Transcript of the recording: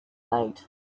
night